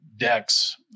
decks